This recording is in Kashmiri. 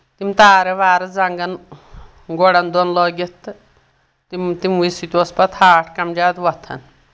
تِم تارٕ وارٕ زنٛگن گۄڈن دۄن لٲگِتھ تہٕ تِم تِمنٕے سۭتۍ اوس پتہٕ ہاٹھ کم زیاد وۄتھان